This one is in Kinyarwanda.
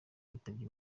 witabye